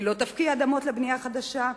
היא לא תפקיע אדמות לבנייה חדשה,